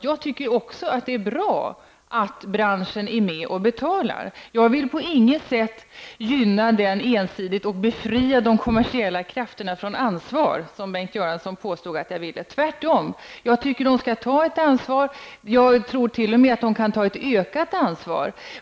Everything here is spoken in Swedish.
Jag tycker också att det är bra att branschen är med och betalar. Jag vill inte på något sätt ensidigt gynna de kommersiella krafterna och befria dem från ansvar, som Bengt Göransson påstod att jag vill. Tvärtom tycker jag att de skall ta ett ansvar, och jag tror att de t.o.m. kan ta ett ökat ansvar.